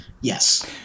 Yes